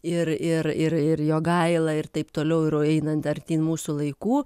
ir ir ir ir jogaila ir taip toliau ir einant artyn mūsų laikų